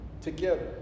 together